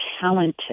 talented